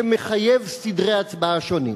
שמחייב סדרי הצבעה שונים.